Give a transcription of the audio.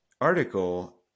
article